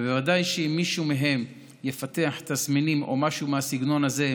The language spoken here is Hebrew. ודאי שאם מישהו מהם יפתח תסמינים או משהו מהסגנון הזה,